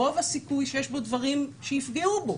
רוב הסיכוי שיש בו דברים שיפגעו בו